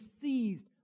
seized